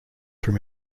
from